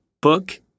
book